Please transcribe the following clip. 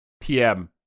PM